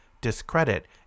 discredit